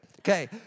Okay